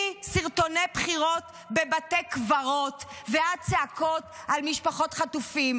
מסרטוני בחירות בבתי קברות ועד צעקות על משפחות חטופים.